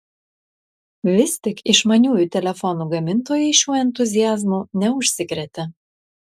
vis tik išmaniųjų telefonų gamintojai šiuo entuziazmu neužsikrėtė